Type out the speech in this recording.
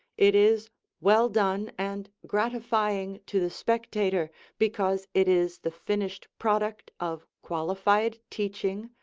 it is well done and gratifying to the spectator because it is the finished product of qualified teaching,